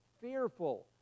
fearful